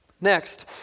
Next